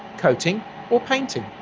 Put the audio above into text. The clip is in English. coating or painting.